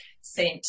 sent